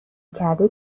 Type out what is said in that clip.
کرده